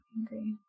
angry